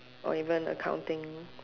or even accounting